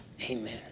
amen